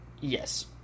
Yes